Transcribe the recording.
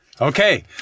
Okay